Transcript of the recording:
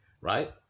right